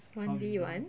one V one